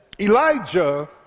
Elijah